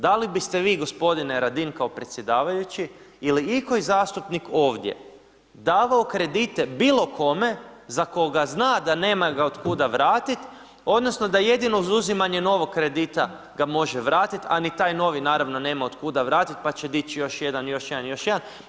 Da li biste vi gospodine Radin kao predsjedavajući, je li ikoji zastupnik ovdje davao kredite bilo kome za koga zna da nema ga otkuda vratiti odnosno da jedino uz uzimanje novog kredita ga može vratiti a ni taj novi naravno nema otkuda vratiti pa će dići još jedan, još jedan, još jedan?